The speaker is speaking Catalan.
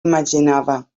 imaginava